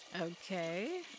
Okay